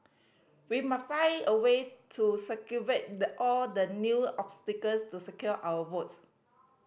we must find a way to circumvent the all the new obstacles to secure our votes